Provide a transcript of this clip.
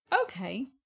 Okay